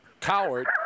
coward